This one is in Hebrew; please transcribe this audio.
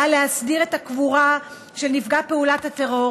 באה להסדיר את הקבורה של נפגע פעולת הטרור